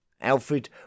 Alfred